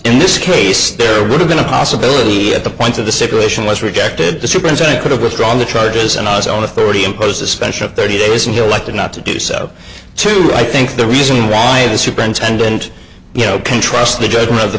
in this case there would have been a possibility at the point of the separation was rejected the superintendent could have withdrawn the charges and us all authority impose a special thirty days and elected not to do so to i think the reason why the superintendent you know can trust the judgment of the